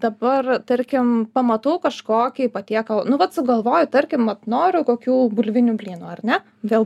dabar tarkim pamatau kažkokį patiekalą nu vat sugalvoju tarkim noriu kokių bulvinių blynų ar ne dėl